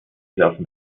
surfen